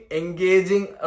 engaging